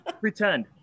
pretend